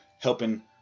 helping